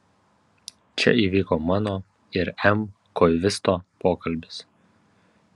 čia įvyko mano ir m koivisto pokalbis